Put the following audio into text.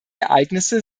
ereignisse